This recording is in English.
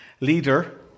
leader